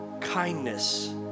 kindness